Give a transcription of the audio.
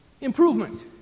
improvement